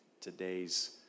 today's